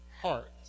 heart